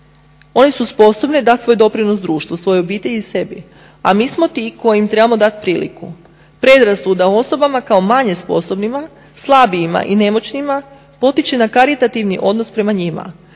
One su sposobne dati svoj doprinos društvu, svojoj obitelji i sebi, a mi smo ti koji im trebamo dati priliku. Predrasuda o osobama kao manje sposobnima, slabijima i nemoćnima potiče na karitativni odnos prema njima.